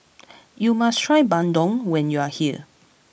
you must try Bandung when you are here